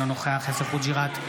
אינו נוכח יאסר חוג'יראת,